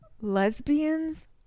Lesbians